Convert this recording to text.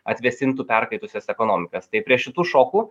atvėsintų perkaitusias ekonomikas taip prie šitų šokų